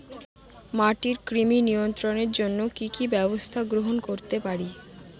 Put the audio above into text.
মাটির কৃমি নিয়ন্ত্রণের জন্য কি কি ব্যবস্থা গ্রহণ করতে পারি?